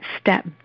step